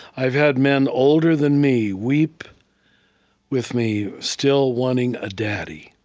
i've had men older than me weep with me, still wanting a daddy,